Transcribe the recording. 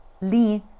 lean